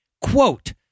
Quote